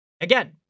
again